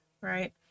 right